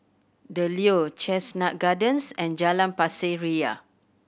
The Leo Chestnut Gardens and Jalan Pasir Ria